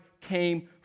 came